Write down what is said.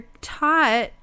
taught